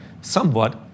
Somewhat